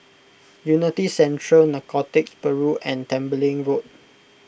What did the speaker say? Unity Central Narcotics Bureau and Tembeling Road